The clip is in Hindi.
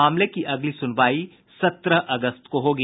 मामले की अगली सुनवाई सत्रह अगस्त को होगी